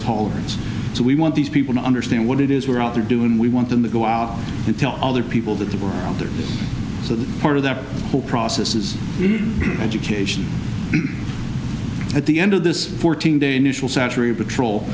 tolerance so we want these people to understand what it is we're out there doing we want them to go out and tell other people that they were there so that part of that whole process is education at the end of this fourteen day initial saturated patrol